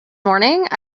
morning